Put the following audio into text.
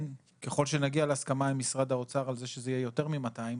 ככל שנגיע להסכמה עם משרד האוצר על זה שזה יהיה יותר מ-200,